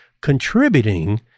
contributing